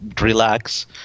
relax